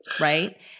right